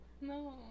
No